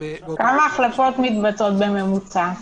כמה החלפות מתבצעות בממוצע?